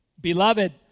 beloved